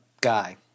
guy